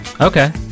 Okay